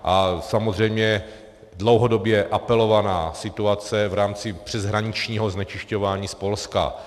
A samozřejmě dlouhodobě apelovaná situace v rámci přeshraničního znečišťování z Polska.